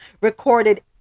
recorded